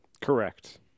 Correct